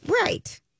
Right